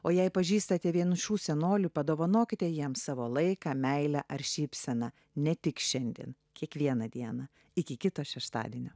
o jei pažįstate vienišų senolių padovanokite jiems savo laiką meilę ar šypseną ne tik šiandien kiekvieną dieną iki kito šeštadienio